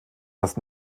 das